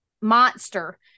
monster